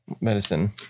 medicine